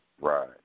Right